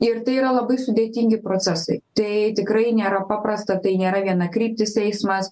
ir tai yra labai sudėtingi procesai tai tikrai nėra paprasta tai nėra vienakryptis eismas